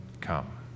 come